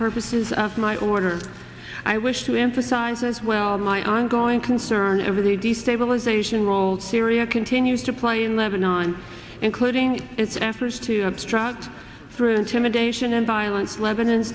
purposes of my order i wish to emphasize as well my ongoing concern over the destabilization role syria continues to play in lebanon including its efforts to obstruct through intimidation and violence lebanon